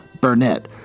Burnett